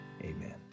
Amen